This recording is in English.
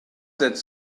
that